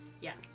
Yes